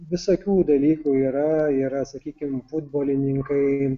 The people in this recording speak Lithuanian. visokių dalykų yra yra sakykim futbolininkai